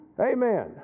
amen